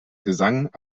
gesang